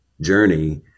journey